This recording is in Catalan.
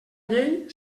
llei